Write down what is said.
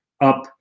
up